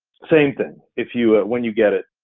same thing, if you, when you get it,